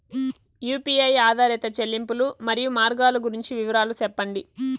UPI ఆధారిత చెల్లింపులు, మరియు మార్గాలు గురించి వివరాలు సెప్పండి?